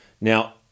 Now